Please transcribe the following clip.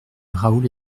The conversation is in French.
raoul